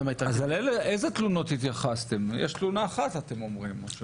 לאיזה תלונות התייחסתם, יש תלונה אחת אתם אומרים.